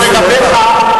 אני אמרתי דבר בהתייחס אליך?